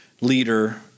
leader